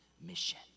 mission